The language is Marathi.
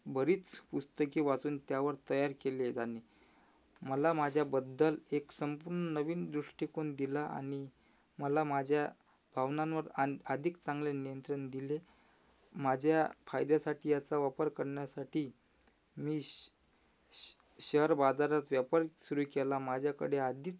बरीच पुस्तके वाचून त्यावर तयार केले आहेत आणि मला माझ्याबद्दल एक संपूर्ण नवीन दृष्टिकोन दिला आणि मला माझ्या भावनांवर आण अधिक चांगले नियंत्रण दिले माझ्या फायद्यासाठी याचा वापर करण्यासाठी मी श श शहर बाजारात व्यापार सुरू केला माझ्याकडे आधीच